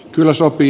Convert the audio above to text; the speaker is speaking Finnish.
kyllä sopii